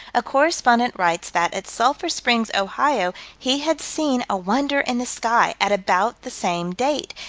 a correspondent writes that, at sulphur springs, ohio, he had seen a wonder in the sky, at about the same date.